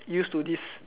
used to this